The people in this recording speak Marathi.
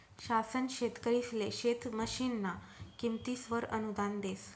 शासन शेतकरिसले शेत मशीनना किमतीसवर अनुदान देस